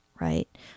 right